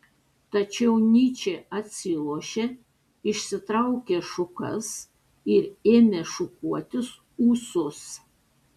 tačiau nyčė atsilošė išsitraukė šukas ir ėmė šukuotis ūsus